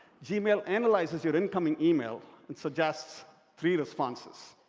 gmail analyzes your incoming email and suggests three responses